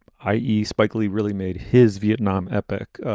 i e, spike lee really made his vietnam epic.